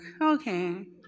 okay